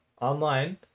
online